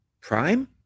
Prime